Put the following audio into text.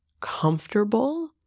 comfortable